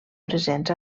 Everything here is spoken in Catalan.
presents